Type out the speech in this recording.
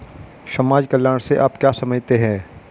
समाज कल्याण से आप क्या समझते हैं?